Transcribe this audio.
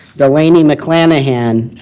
delaney mcchlanahan,